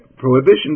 Prohibition